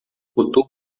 tubo